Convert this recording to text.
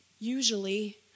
usually